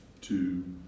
two